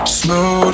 slow